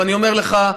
ואני אומר לך,